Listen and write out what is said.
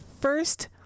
first